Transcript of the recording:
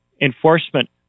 enforcement